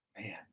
Man